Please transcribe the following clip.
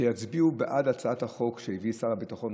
שיצביעו בעד הצעת החוק שהביא שר הביטחון,